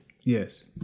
Yes